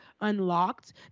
unlocked